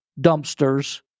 dumpsters